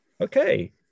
okay